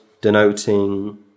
denoting